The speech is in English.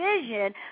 vision